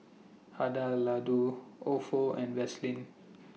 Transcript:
Hada Ofo and Vaseline